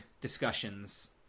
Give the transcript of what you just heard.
discussions